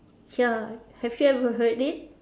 ya have you ever heard it